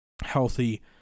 healthy